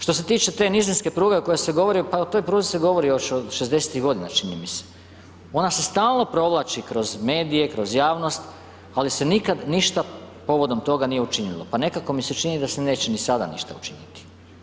Što se tiče te nizinske pruge o kojoj se govori, pa o toj pruzi se govori još od 60-tih godina, čini mi se, ona se stalno provlači kroz medije, kroz javnost, ali se nikad ništa povodom toga nije učinilo, pa nekako mi se čini da se neće ni sada ništa učiniti.